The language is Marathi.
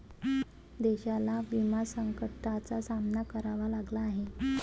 देशाला विमा संकटाचा सामना करावा लागला आहे